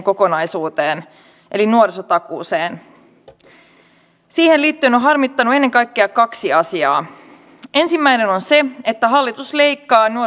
heitä pitäisi tukea heidän mahdollisuuttaan työllistää ihmisiä eikä alkaa täällä esimerkiksi torpedoimaan mitään liikeaikalakien kumoamisia mitä vasemmisto oppositio on tehnyt